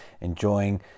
enjoying